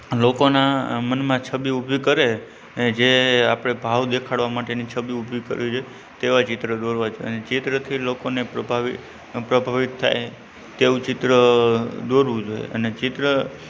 લોકોનાં અ મનમાં છબી ઉભી કરે જે આપણે ભાવ દેખાડવા માટેની છબી ઉભી કરીએ તેવાં ચિત્ર દોરવાં જોઇએ અને ચિત્રથી લોકોને પ્રભાવિ પ્રભાવિત થાય તેવું ચિત્ર દોરવું જોઇએ અને ચિત્ર